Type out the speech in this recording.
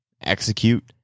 execute